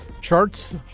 charts